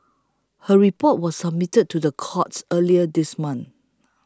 her report was submitted to the courts earlier this month